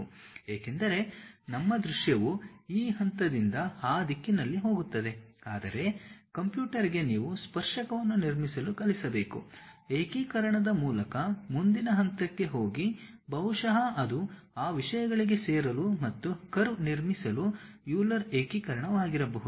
ಏಕೆಂದರೆ ನಮ್ಮ ದೃಶ್ಯವು ಈ ಹಂತದಿಂದ ಆ ದಿಕ್ಕಿನಲ್ಲಿ ಹೋಗುತ್ತದೆ ಆದರೆ ಕಂಪ್ಯೂಟರ್ಗೆ ನೀವು ಸ್ಪರ್ಶಕವನ್ನು ನಿರ್ಮಿಸಲು ಕಲಿಸಬೇಕು ಏಕೀಕರಣದ ಮೂಲಕ ಮುಂದಿನ ಹಂತಕ್ಕೆ ಹೋಗಿ ಬಹುಶಃ ಅದು ಆ ವಿಷಯಗಳಿಗೆ ಸೇರಲು ಮತ್ತು ಕರ್ವ್ ನಿರ್ಮಿಸಲು ಯೂಲರ್ ಏಕೀಕರಣವಾಗಿರಬಹುದು